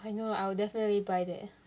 I know I will definitely buy that